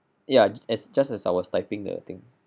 ya as just as I was typing the thing